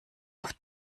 auf